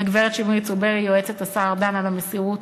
לגברת שמרית צוברי, יועצת השר ארדן, על המסירות,